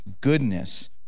goodness